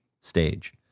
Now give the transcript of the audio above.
stage